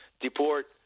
deport